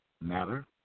matter